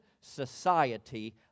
society